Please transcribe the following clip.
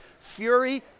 Fury